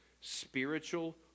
spiritual